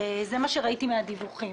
זה מה שראיתי בדיווחים.